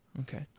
Okay